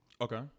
okay